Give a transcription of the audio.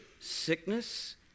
sickness